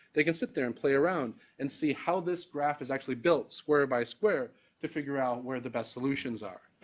they can sit there and play around and see how this graph is actually built square by square to figure out where the best solutions are.